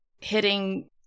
hitting